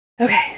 Okay